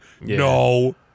No